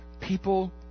People